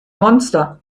monster